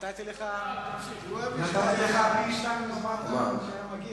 נתתי לך פי-שניים זמן ממה שהיה מגיע.